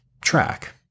track